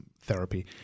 Therapy